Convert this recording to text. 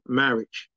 marriage